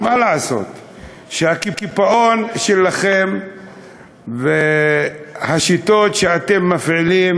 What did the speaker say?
מה לעשות שהקיפאון שלכם והשיטות שאתם מפעילים